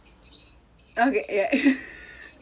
okay ya